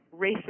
racist